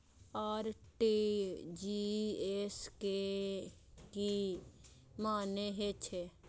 RTGS के की मानें हे छे?